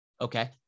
Okay